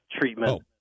treatment